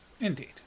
Indeed